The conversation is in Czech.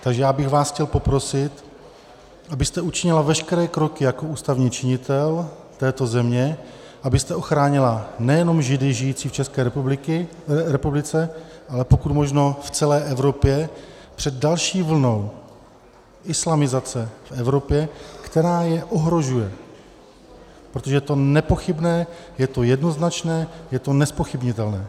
Takže já bych vás chtěl poprosit, abyste učinila veškeré kroky jako ústavní činitel této země, abyste ochránila nejenom Židy žijící v České republice, ale pokud možno v celé Evropě před další vlnou islamizace v Evropě, která je ohrožuje, protože je to nepochybné, je to jednoznačné, je to nezpochybnitelné.